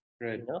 Right